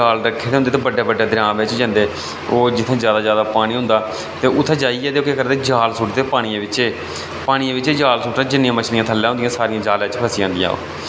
उनें जाल रक्खे दे होंदे ते बड्डे बड्डे दरेआएं बिच जंदे ओह् जित्थूं ज्यादा ज्यादा पानी होंदा ते उत्थै जाइयै ते ओह् केह् करदे जाल सुट्टदे पानिए बिच्चे पानिए बिच्चे जाल सु'ट्टदे जिन्नियां मछलियां थल्लै होंदियां सारियां जाला च फसी जंदियां